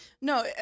No